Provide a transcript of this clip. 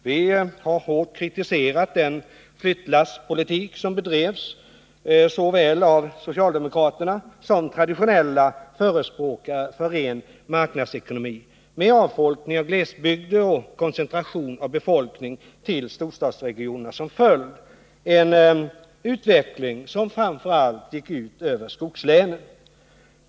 Vi har hårt kritiserat den flyttlasspolitik som bedrevs av såväl socialdemokraterna som traditionella förespråkare för en ren marknadsekonomi, med avfolkning av glesbygder och koncentration av befolkningen till storstadsregioner som följd, en utveckling som framför allt gick ut över skogslänen.